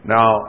Now